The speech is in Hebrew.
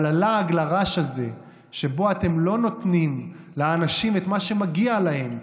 אבל הלעג לרש הזה שבו אתם לא נותנים לאנשים את מה שמגיע להם,